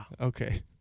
Okay